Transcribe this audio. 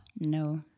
No